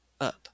up